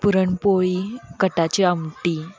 पुरणपोळी कटाची आमटी